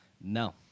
No